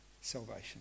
salvation